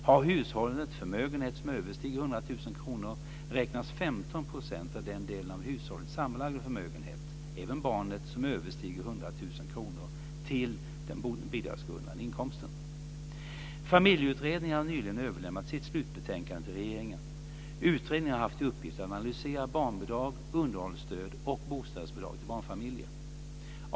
Har hushållet förmögenhet som överstiger 100 000 kr räknas 15 % av den del av hushållets sammanlagda förmögenhet - även barnens - som överstiger 100 000 kr till den bidragsgrundande inkomsten. Familjeutredningen har nyligen överlämnat sitt slutbetänkande till regeringen. Utredningen har haft till uppgift att analysera barnbidrag, underhållsstöd och bostadsbidrag till barnfamiljer.